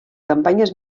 campanyes